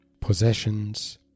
possessions